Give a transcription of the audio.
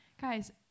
guys